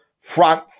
front